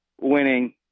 winning